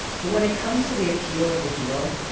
but when it comes to the appeal of the heel,